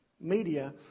media